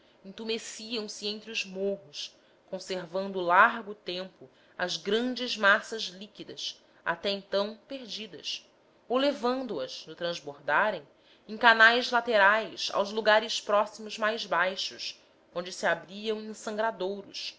parando intumesciam se entre os morros conservando largo tempo as grandes massas líquidas até então perdidas ou levando as no transbordarem em canais laterais aos lugares próximos mais baixos onde se abriam em sangradouros